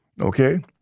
Okay